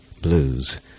Blues